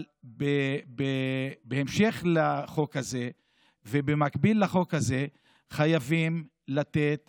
אבל בהמשך לחוק הזה ובמקביל לחוק הזה חייבים לתת